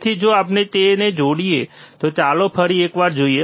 તેથી જો આપણે તેને જોડીએ તો ચાલો ફરી એક વાર જોઈએ